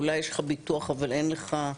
"אולי יש לך ביטוח אבל אין לך",